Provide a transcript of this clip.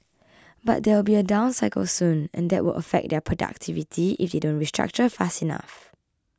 but there will be a down cycle soon and that will affect their productivity if they don't restructure fast enough